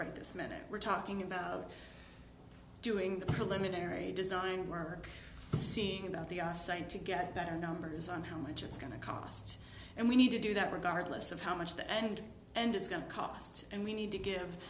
right this minute we're talking about doing the preliminary design work scene at the same to get better numbers on how much it's going to cost and we need to do that regardless of how much the end and it's going to cost and we need to g